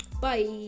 bye